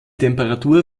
temperatur